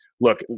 Look